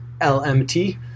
lmt